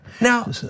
Now